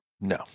No